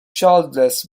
childless